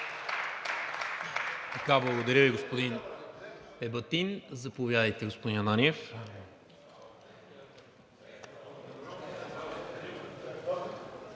Благодаря Ви, господин Ебатин. Заповядайте, господин Ананиев.